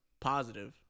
positive